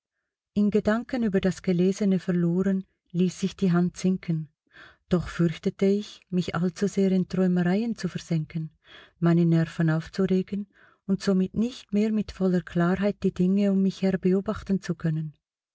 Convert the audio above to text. in gedanken über das gelesene verloren ließ ich die hand sinken doch fürchtete ich mich allzusehr in träumereien zu versenken meine nerven aufzuregen und somit nicht mehr mit voller klarheit die dinge um mich her beobachten zu können